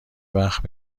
وقت